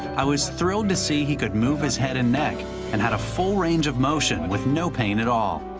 i was thrilled to see he could move his head and neck and had a full range of motion with no pain at all.